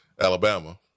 Alabama